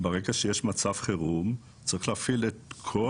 ברגע שיש מצב חירום הוא צריך להפעיל את כל